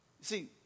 See